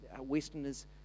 Westerners